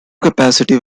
capacity